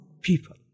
people